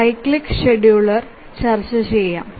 cyclic ഷെഡ്യൂളറിൽ നമുക്ക് ചർച്ച ചെയ്യാം